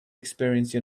experience